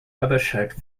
abhishek